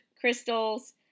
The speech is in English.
crystals